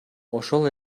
ошол